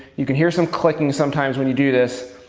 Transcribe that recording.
you can hear some clicking sometimes when you do this.